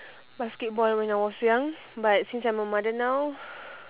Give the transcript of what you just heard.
basketball when I was young but since I'm a mother now